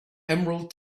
emerald